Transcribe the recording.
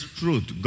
truth